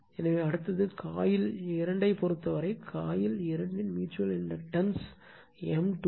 எனவே அடுத்தது காயில் 2 ஐப் பொறுத்தவரை காயில் 2 இன் ம்யூச்சுவல் இண்டக்டன்ஸ் எம் 2 1